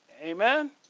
Amen